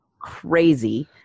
crazy